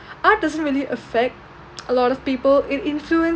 art doesn't really affect a lot of people it influence